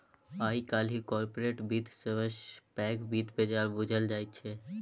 आइ काल्हि कारपोरेट बित्त सबसँ पैघ बित्त बजार बुझल जाइ छै